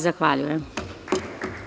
Zahvaljujem.